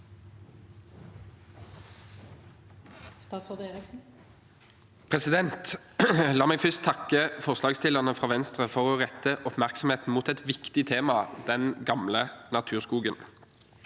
La meg først takke forslagsstillerne fra Venstre for å rette oppmerksomheten mot et viktig tema: den gamle naturskogen.